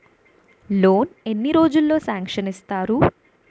Loan ఎన్ని రోజుల్లో sanction చేస్తారు?